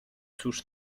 cóż